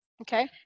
Okay